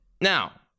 Now